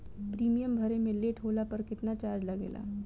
Premium भरे मे late होला पर केतना चार्ज लागेला?